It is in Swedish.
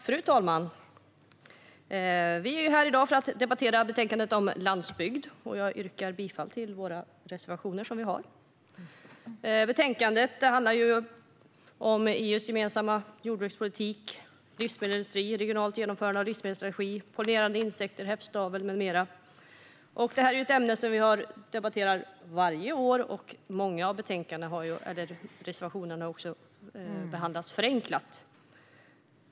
Fru talman! Vi är här i dag för att debattera betänkandet om landsbygd. Jag yrkar bifall till våra reservationer. Betänkandet handlar om EU:s gemensamma jordbrukspolitik, regionalt genomförande av livsmedelsstrategin, pollinerande insekter med mera. Det är ett ämne som vi debatterar varje år. Många av reservationerna har behandlats förenklat.